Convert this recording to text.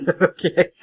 Okay